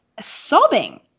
sobbing